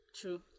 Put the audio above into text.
True